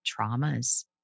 traumas